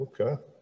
okay